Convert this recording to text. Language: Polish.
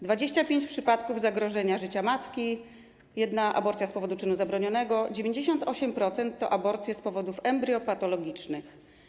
25 przypadków zagrożenia życia matki, jedna aborcja z powodu czynu zabronionego, 98% to aborcje z powodów embriopatologicznych.